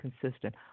consistent